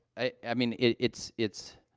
i i mean, it it's it's